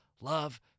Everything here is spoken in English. love